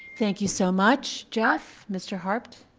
thank you so much, jeff, mr. harped.